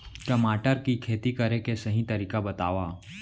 टमाटर की खेती करे के सही तरीका बतावा?